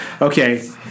Okay